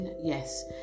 Yes